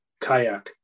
kayak